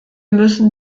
müssen